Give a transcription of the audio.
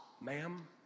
Ma'am